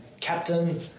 captain